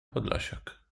podlasiak